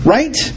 Right